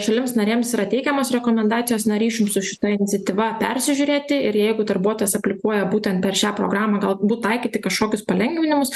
šalims narėms yra teikiamos rekomendacijos na ryšium su šitai iniciatyva persižiūrėti ir jeigu darbuotojas aplikuoja būtent per šią programą galbūt taikyti kažkokius palengvinimus